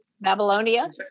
Babylonia